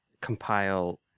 compile